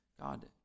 God